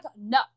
no